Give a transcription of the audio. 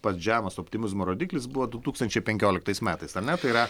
pat žemas optimizmo rodiklis buvo du tūkstančiai penkioliktais metais ar ne tai yra